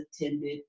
attended